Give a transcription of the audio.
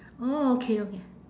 orh okay okay